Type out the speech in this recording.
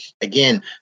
Again